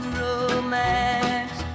romance